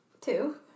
Two